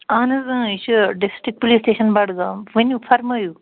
اَہَن حظ یہِ چھُ ڈِسٹِرٛک پُلیٖس سِٹیشَن بَڈگام ؤنِو فرمٲیِو